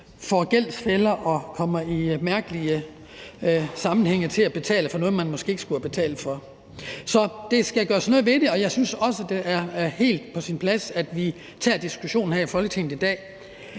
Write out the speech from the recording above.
i gældsfælder og i mærkelige sammenhænge kommer til at betale for noget, man måske ikke skulle have betalt for. Så der skal gøres noget ved det, og jeg synes også, at det er helt på sin plads, at vi tager diskussionen her i Folketinget i dag.